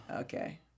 Okay